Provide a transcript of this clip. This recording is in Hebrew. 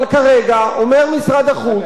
אבל כרגע אומר משרד החוץ,